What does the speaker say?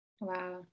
wow